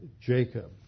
Jacob